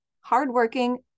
hardworking